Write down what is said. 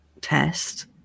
test